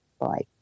Bye